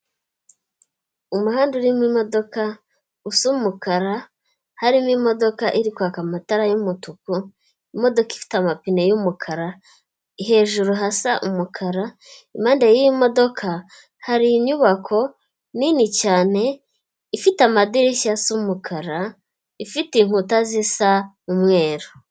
Umuhanda urimo imodoka usa umukara, harimo imodoka iri kwaka amatara y'umutuku, imodoka ifite amapine y'umukara, hejuru hasa umukara, impande y'iyi modoka hari inyubako nini cyane, ifite amadirishya asa umukara, ifite inkuta zisa umweru.